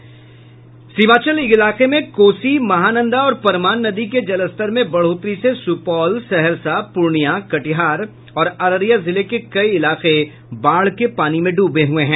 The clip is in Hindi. इधर सीमांचल इलाके में कोसी महानंदा और परमान नदी के जलस्तर में बढ़ोतरी से सुपौल सहरसा पूर्णियां कटिहार और अररिया जिले के कई इलाके बाढ़ के पानी में डूबे हुये हैं